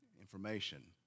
information